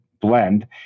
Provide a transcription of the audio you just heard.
blend